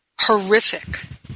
horrific